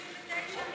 מי שלא ידבר ויקשיב גם